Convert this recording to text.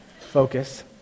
focus